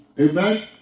Amen